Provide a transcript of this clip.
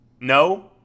No